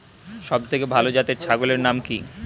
সবথেকে ভালো জাতের ছাগলের নাম কি?